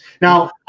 Now